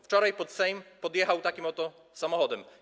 Wczoraj pod Sejm podjechał takim oto samochodem.